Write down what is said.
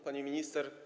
Pani Minister!